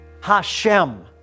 Hashem